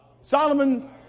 Solomon